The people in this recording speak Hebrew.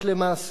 למעשה,